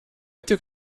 took